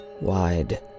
Wide